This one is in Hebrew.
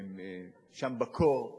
שהם שם בקור,